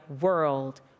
world